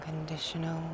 unconditional